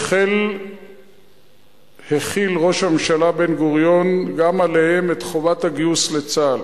החיל ראש הממשלה בן-גוריון גם עליהם את חובת הגיוס לצה"ל.